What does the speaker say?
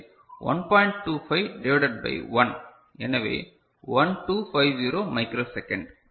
25 divided by 1 எனவே 1 2 5 0 micro second